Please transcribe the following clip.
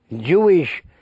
Jewish